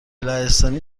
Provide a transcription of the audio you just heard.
لهستانی